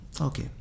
Okay